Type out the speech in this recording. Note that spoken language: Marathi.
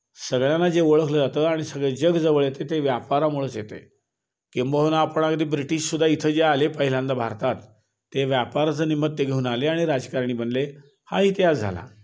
सगळ्यांना जे ओळखलं जातं आणि सगळे जग जवळ येते ते व्यापारामुळंच येतं आहे किंबहुना आपण अगदी ब्रिटिशसुद्धा इथे जे आले पहिल्यांदा भारतात ते व्यापाराचं निमित्त घेऊन आले आणि राजकारणी बनले हा इतिहास झाला